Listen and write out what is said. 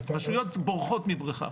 רשויות בורחות מבריכה.